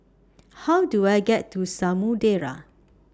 How Do I get to Samudera